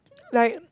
like